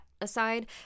aside